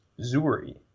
Zuri